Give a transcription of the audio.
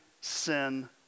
sin